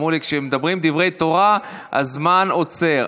אמרו לי: כשמדברים דברי תורה הזמן עוצר,